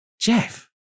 Jeff